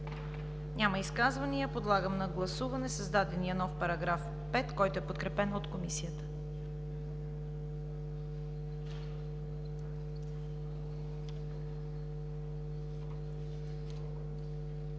Няма изказвания. Подлагам на гласуване създадения нов § 5, който е подкрепен от Комисията.